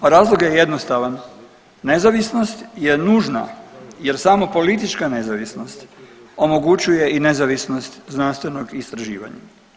Razlog je jednostavan, nezavisnost je nužna jer samo politička nezavisnost omogućuje i nezavisnost znanstvenog istraživanja.